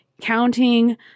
counting